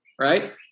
right